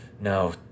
no